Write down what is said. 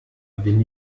bin